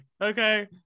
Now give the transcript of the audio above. okay